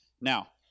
Now